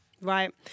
Right